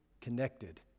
connected